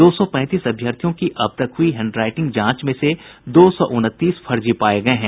दो सौ पैंतीस अभ्यर्थियों की अब तक हुई हैंड राईटिंग जांच में दो सौ उनतीस फर्जी पाये गये हैं